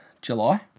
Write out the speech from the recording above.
July